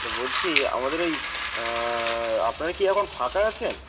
বলছি আমাদের ওই আপনার কি এখন ফাঁকা আছেন